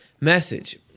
message